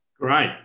Great